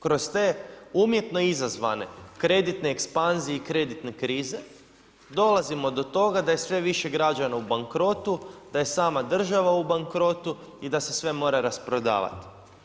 Kroz te umjetno izazvane kreditne ekspanzije i kreditne krize dolazimo do toga da je sve više građana u bankrotu, da je sama država u bankrotu i da se sve mora rasprodavati.